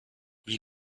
wie